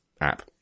app